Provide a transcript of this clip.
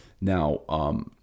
now